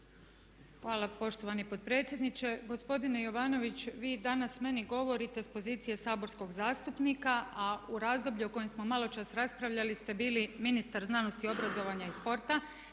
Hvala poštovani potpredsjedniče. Gospodine Jovanović, vi danas meni govorite s pozicije saborskog zastupnika, a u razdoblju u kojem smo malo čas raspravljali ste bili Ministar znanosti, obrazovanja i sporta